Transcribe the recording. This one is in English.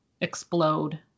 explode